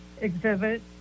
exhibit